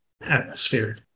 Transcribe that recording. atmosphere